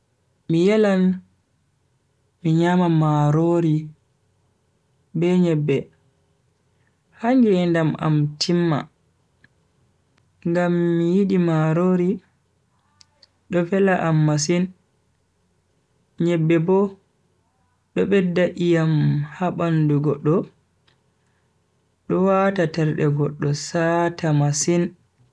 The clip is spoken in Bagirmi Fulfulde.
Mii yelan mi nyama marori be nyebbe ha ngedam am timma ngam mi yidi marori do vela am masin. nyebbe bo do bedda iyam ha bandu goddo do wata terde goddo saata masin.